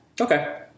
Okay